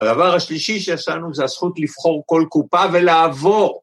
‫הדבר השלישי שהשגנו, זה הזכות ‫לבחור כל קופה ולעבור!